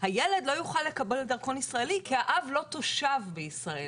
הילד לא יוכל לקבל דרכון ישראלי כי האב לא תושב בישראל.